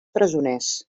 presoners